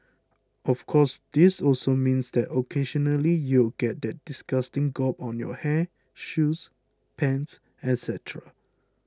of course this also means that occasionally you'll get that disgusting gob on your hair shoes pants etcetera